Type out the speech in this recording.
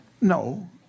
no